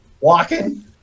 walking